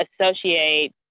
associate